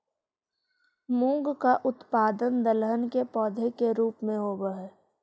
मूंग का उत्पादन दलहन के पौधे के रूप में होव हई